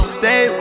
stay